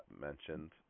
mentioned